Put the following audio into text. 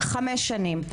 חמש שנים.